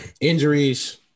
injuries